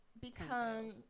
become